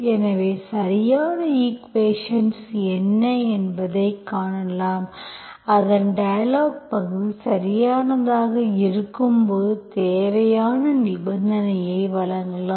எனவே சரியான ஈக்குவேஷன்ஸ் என்ன என்பதை காணலாம் அதன் டயலாக் பகுதி சரியானதாக இருக்கும்போது தேவையான நிபந்தனையை வழங்கலாம்